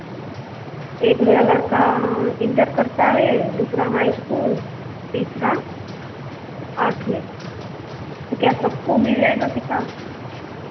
एक मेरा लड़का इन्टर करता है दूसरा हाई स्कूल तीसरा आठवी तो क्या सबको मिल जाएगा किताब